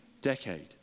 decade